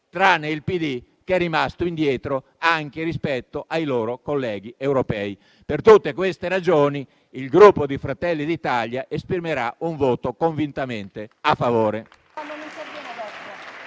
tranne il PD, che è rimasto indietro anche rispetto ai suoi colleghi europei. Per tutte queste ragioni, il Gruppo Fratelli d'Italia esprimerà un voto convintamente favorevole.